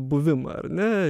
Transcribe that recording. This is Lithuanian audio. buvimą ar ne